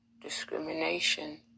Discrimination